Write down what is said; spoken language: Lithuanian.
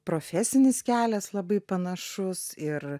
profesinis kelias labai panašus ir